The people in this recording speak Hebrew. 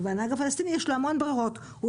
ולנהג הפלסטיני יש המון ברירות: הוא